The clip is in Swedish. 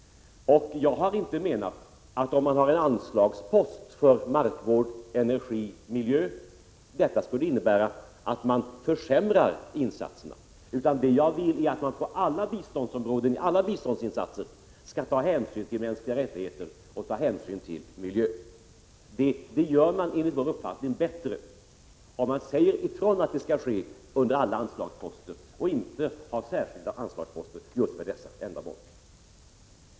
Jag har inte menat att en anslagspost för markvård, energi och miljö skulle försämra insatserna. Vad jag vill är att man på alla biståndsområden och beträffande alla biståndsinsatser skall ta hänsyn till mänskliga rättigheter och till miljön. Att säga ifrån att det skall ske under alla anslagsposter är enligt vår uppfattning bättre än att ha särskilda anslagsposter för dessa ändamål.